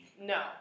No